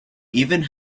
even